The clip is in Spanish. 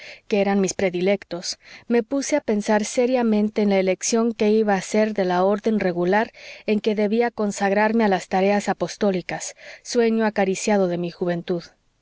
que eran mis predilectos me puse a pensar seriamente en la elección que iba a hacer de la orden regular en que debía consagrarme a las tareas apostólicas sueño acariciado de mi juventud